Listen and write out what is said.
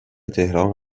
تهران